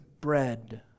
bread